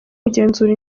kugenzura